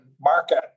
market